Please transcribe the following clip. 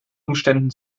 umständen